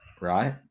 right